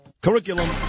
Curriculum